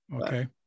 Okay